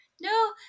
No